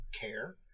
care